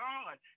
God